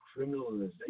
criminalization